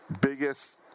biggest